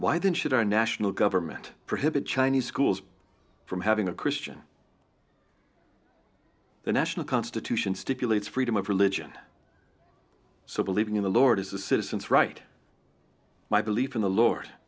then should our national government prohibit chinese schools from having a christian the national constitution stipulates freedom of religion so believing in the lord is the citizen's right my belief in the lord